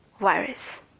virus